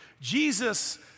Jesus